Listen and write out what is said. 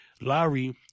Larry